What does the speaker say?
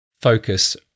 focus